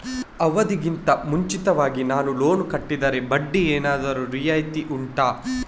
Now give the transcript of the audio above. ಅವಧಿ ಗಿಂತ ಮುಂಚಿತವಾಗಿ ನಾನು ಲೋನ್ ಕಟ್ಟಿದರೆ ಬಡ್ಡಿ ಏನಾದರೂ ರಿಯಾಯಿತಿ ಉಂಟಾ